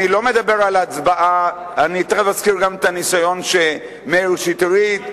אני תיכף אסביר את הניסיון שמאיר שטרית,